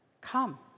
Come